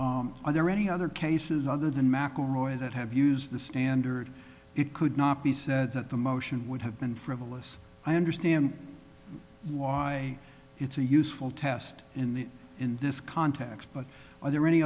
k are there any other cases other than mcelroy that have used the standard it could not be said that the motion would have been frivolous i understand why it's a useful test in this context but are there any